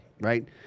right